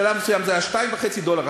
בשלב מסוים זה היה 2.5 דולר,